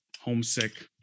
homesick